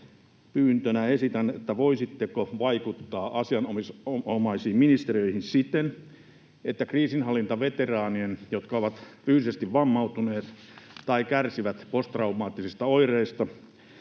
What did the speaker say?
pyyntönä esitän, voisitteko vaikuttaa asianomaisiin ministeriöihin siten, että kriisinhallintaveteraanien, jotka ovat fyysisesti vammautuneet tai kärsivät posttraumaattisista oireista,